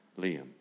Liam